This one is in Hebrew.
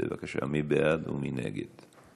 בבקשה, מי בעד ומי נגד?